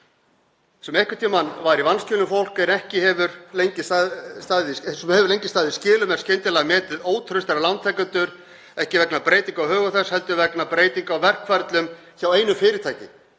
sem einhvern tímann var í vanskilum en hefur lengi staðið í skilum er skyndilega metið ótraustari lántakendur, ekki vegna breytinga á högum þess heldur vegna breytinga á verkferlum hjá einu fyrirtæki,